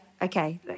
Okay